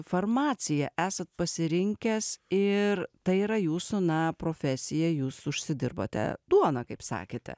farmaciją esat pasirinkęs ir tai yra jūsų na profesija jūs užsidirbote duoną kaip sakėte